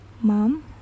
Mom